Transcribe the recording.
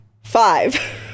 five